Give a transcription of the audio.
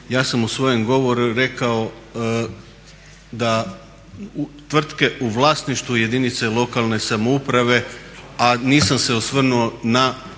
Ja sam u svojem govoru rekao da tvrtke u vlasništvu jedinice lokalne samouprave a nisam se osvrnuo na